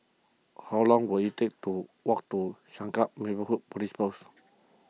how long will it take to walk to Changkat Neighbourhood Police Post